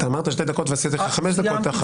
אמרת שתי דקות ונתתי לך חמש דקות.